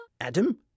Adam